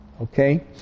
Okay